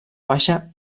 baixa